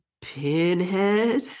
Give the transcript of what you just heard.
Pinhead